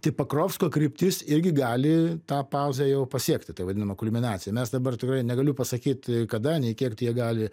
tai pakrovsko kryptis irgi gali tą pauzę jau pasiekti tai vadinama kulminacija mes dabar tikrai negaliu pasakyt kada nei kiek jie gali